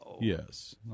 Yes